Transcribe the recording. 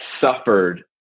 suffered